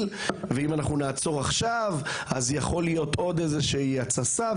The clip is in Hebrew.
ואם אנחנו נעצור עכשיו יכולה להיות עוד התססה.